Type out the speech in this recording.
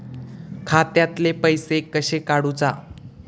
खात्यातले पैसे कशे काडूचा?